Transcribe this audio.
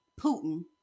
Putin